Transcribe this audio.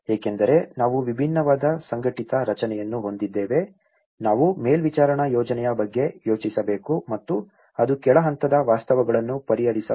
ಏಕೆಂದರೆ ನಾವು ವಿಭಿನ್ನವಾದ ಸಂಘಟಿತ ರಚನೆಯನ್ನು ಹೊಂದಿದ್ದೇವೆ ನಾವು ಮೇಲ್ವಿಚಾರಣಾ ಯೋಜನೆಯ ಬಗ್ಗೆ ಯೋಚಿಸಬೇಕು ಮತ್ತು ಅದು ಕೆಳ ಹಂತದ ವಾಸ್ತವಗಳನ್ನು ಪರಿಹರಿಸಬಹುದು